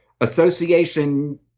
association